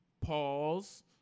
Pause